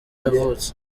yavutse